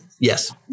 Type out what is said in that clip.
Yes